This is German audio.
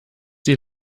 sie